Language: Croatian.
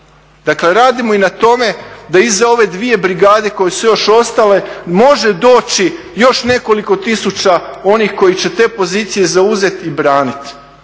Dakle radimo i na tome da i za ove dvije brigade koje su još ostale može doći još nekoliko tisuća onih koji će te pozicije zauzeti i braniti,